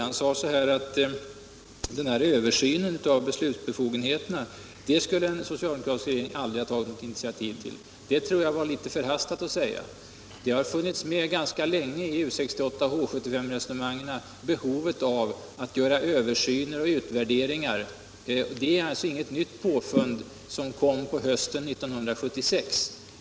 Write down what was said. Han sade att översynen av beslutsbefogenheterna skulle en socialdemokratisk regering aldrig ha tagit initiativ till. Det tror jag var litet förhastat att säga. Behovet av att göra översyner och utvärderingar har funnits med ganska länge i U 68 och forskning inom H 75-resonemangen. Det är alltså inget nytt påfund som kom på hösten 1976.